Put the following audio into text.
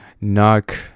knock